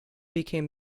became